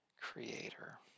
creator